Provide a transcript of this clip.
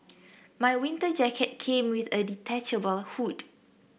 my winter jacket came with a detachable hood